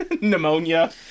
Pneumonia